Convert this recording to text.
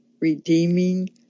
redeeming